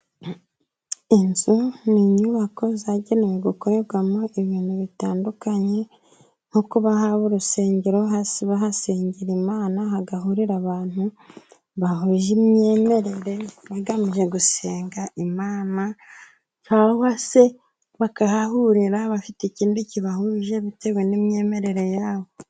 Inzu ni inyubako zagenewe gukorerwamo ibintu bitandukanye, nko kuba haba urusengero, hasi bahasengera Imana, hagahurira abantu bahuje, imyeyemerere igamije gusenga Imana cyangwa se bakahahurira bafite ikindi kibahuje, bitewe n'imyemerere ya bo.